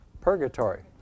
purgatory